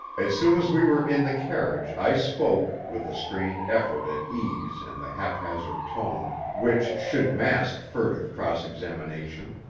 as soon as we were in the carriage i spoke, with a strained effort at ease and the haphazard tone which should mask furtive cross-examination.